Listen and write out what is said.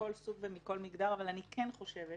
מכל סוג ומכל מגדר, אבל אני כן חושבת